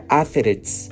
athletes